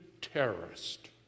terrorist